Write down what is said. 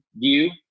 view